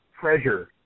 treasure